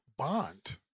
bond